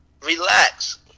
relax